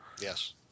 Yes